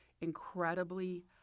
incredibly